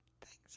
Thanks